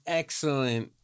excellent